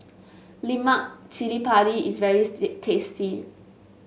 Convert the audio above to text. Lemak Cili Padi is very tasty